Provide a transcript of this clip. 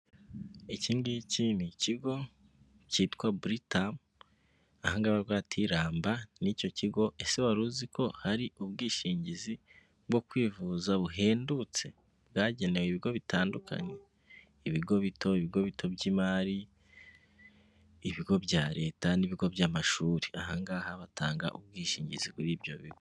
Iki giki n'ikigo cyitwa britam ahanga baravuga ati ''Ramba n'icyo kigo. ese wari uzi ko hari ubwishingizi bwo kwivuza buhendutse bwagenewe ibigo bitandukanye ibigo bito, ibigo bito by'imari ,ibigo bya leta n'ibigo by'amashuli ahangaha batanga ubwishingizi kuri ibyo bigo.